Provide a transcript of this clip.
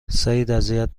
سعیداذیت